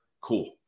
Cool